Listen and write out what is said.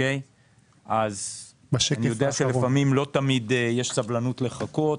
אני יודע שלא תמיד יש סבלנות לחכות.